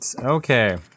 Okay